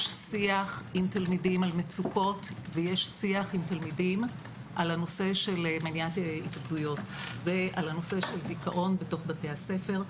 יש שיח עם תלמידים על המצוקות ועל מניעת אובדנויות ודיכאון בבתי הספר.